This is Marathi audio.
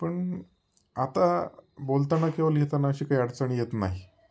पण आता बोलताना किंवा लिहिताना अशी काही अडचण येत नाही